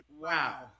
wow